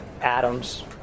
Adams